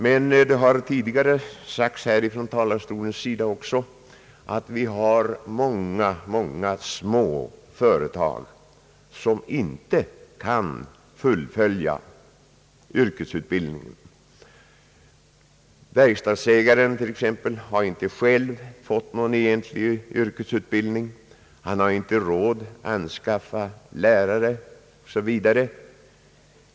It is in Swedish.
Men det har tidigare från denna talarstol sagts att det finns många små företag som inte kan fullfölja en yrkesutbildning. Verkstadsägaren själv har t.ex. inte fått någon egentlig yrkesutbildning. Han har inte råd att anskaffa lärare osv.